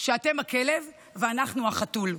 שאתם הכלב ואנחנו החתול.